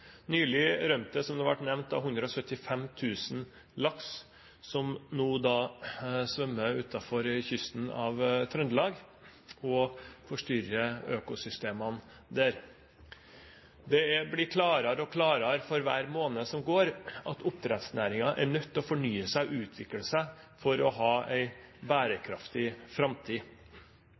der. Det blir klarere og klarere for hver måned som går, at oppdrettsnæringen er nødt til å fornye seg og utvikle seg for å ha en bærekraftig framtid.